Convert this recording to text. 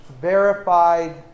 verified